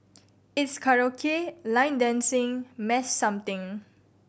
it's karaoke line dancing mass something